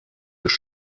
już